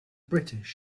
british